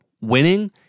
winning